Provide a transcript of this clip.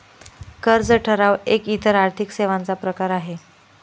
कर्ज ठराव एक इतर आर्थिक सेवांचा प्रकार आहे